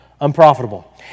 unprofitable